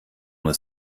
nur